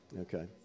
Okay